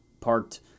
parked